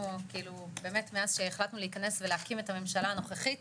באמת מאז שהחלטנו להיכנס להקים את הממשלה הנוכחית,